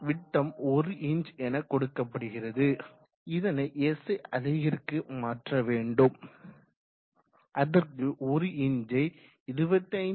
விட்டம் 1 இன்ச் எனக்கொடுக்கப்படுகிறது இதனை SI அலகிற்கு மாற்ற வேண்டும் அதற்கு 1 இன்ச்சை 25